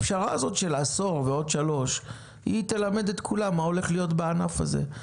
הפשרה הזאת של עשור ועוד שלוש תלמד את כולם מה הולך להיות בענף הזה.